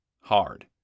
hard